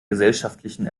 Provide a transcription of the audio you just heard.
gesellschaftlichen